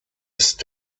ist